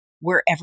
wherever